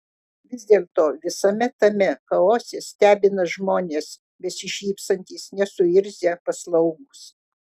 vis dėlto visame tame chaose stebina žmonės besišypsantys nesuirzę paslaugūs